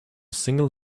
single